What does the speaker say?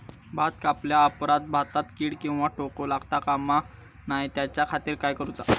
भात कापल्या ऑप्रात भाताक कीड किंवा तोको लगता काम नाय त्याच्या खाती काय करुचा?